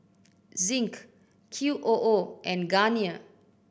Zinc Q O O and Garnier